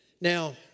Now